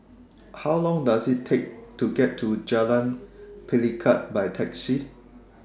How Long Does IT Take to get to Jalan Pelikat By Taxi